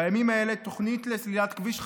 בימים האלה, בתוכנית לסלילת כביש חדש,